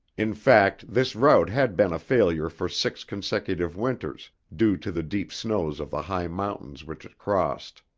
in fact this route had been a failure for six consecutive winters, due to the deep snows of the high mountains which it crossed.